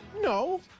No